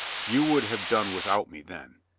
you would have done without me then.